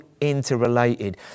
interrelated